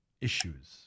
issues